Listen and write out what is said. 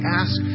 ask